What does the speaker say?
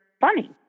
funny